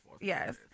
yes